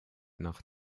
nach